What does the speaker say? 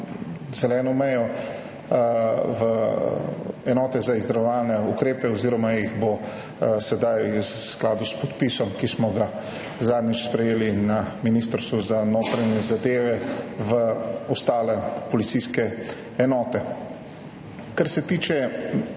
zeleno mejo, v enote za izdelovalne ukrepe oziroma jih bo sedaj v skladu s podpisom, ki smo ga zadnjič sprejeli na Ministrstvu za notranje zadeve, v ostale policijske enote. Kar se tiče